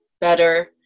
better